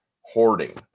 hoarding